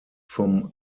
vom